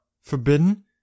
Forbidden